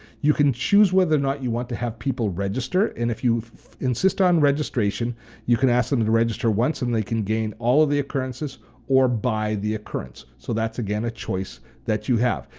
you can choose whether or not you want to have people register and if you insist on registration you can ask them to to register once and they can gain all of the occurrences or by the occurrence, so that's again a choice that you have.